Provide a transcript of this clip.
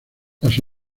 las